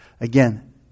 Again